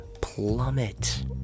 plummet